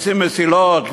עושים מסילות,